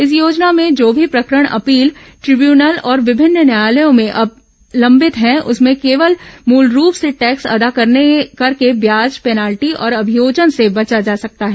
इस योजना में जो भी प्रकरण अपील ट्रिब्यनल और विभिन्न न्यायालयों में लंबित है उसमें केवल मुल रूप से टैक्स अदा करके ब्याज पेनाल्टी और अभियोजन से बचा जा सकता है